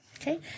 Okay